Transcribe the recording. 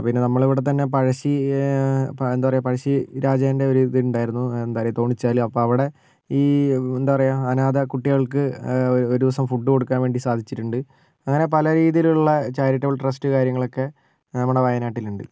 പിന്നെ നമ്മളിവിടെത്തന്നെ പഴശ്ശി എന്താ പറയാ പഴശ്ശി രാജേൻ്റെ ഒരു ഇത് ഉണ്ടായിരുന്നു എന്താ പറയാ തോണിച്ചാൽ അപ്പോൾ അവിടെ ഈ എന്താ പറയാ അനാഥക്കുട്ടികൾക്ക് ഒരു ദിവസം ഫുഡ് കൊടുക്കാൻ വേണ്ടി സാധിച്ചിട്ടുണ്ട് അങ്ങനെ പല രീതിയിലുള്ള ചാരിറ്റബൾ ട്രസ്റ്റ് കാര്യങ്ങളൊക്കെ നമ്മുടെ വായനാട്ടിലുണ്ട്